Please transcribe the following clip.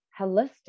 holistic